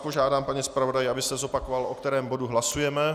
Požádám vás, pane zpravodaji, abyste zopakoval, o kterém bodu hlasujeme.